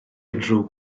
unrhyw